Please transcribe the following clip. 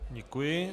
Děkuji.